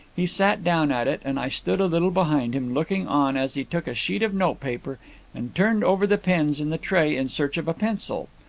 he sat down at it, and i stood a little behind him, looking on as he took a sheet of notepaper and turned over the pens in the tray in search of a pencil.